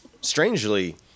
strangely